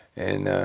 and,